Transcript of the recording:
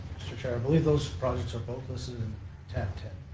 mr. chair, i believe those projects but listed in tab ten.